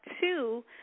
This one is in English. two